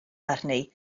arni